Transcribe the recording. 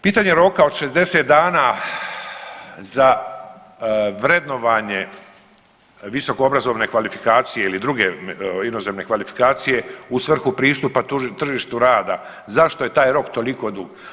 Pitanje roka od 60 dana za vrednovanje visokoobrazovne kvalifikacije ili druge inozemne kvalifikacije u svrhu pristupa tržištu rada, zašto je taj rok toliko dug?